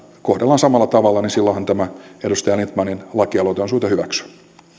kohdellaan samalla tavalla niin silloinhan tämä edustaja lindtmanin lakialoite on syytä hyväksyä